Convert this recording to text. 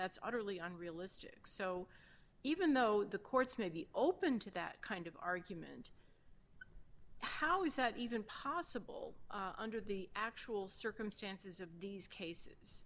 utterly unrealistic so even though the courts may be open to that kind of argument how is that even possible under the actual circumstances of these cases